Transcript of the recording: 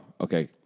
okay